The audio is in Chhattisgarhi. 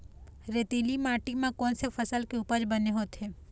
रेतीली माटी म कोन से फसल के उपज बने होथे?